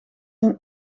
een